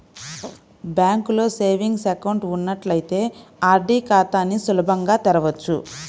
బ్యాంకులో savings account ఉన్నట్లయితే RD ఖాతాని సులభంగా తెరవచ్చు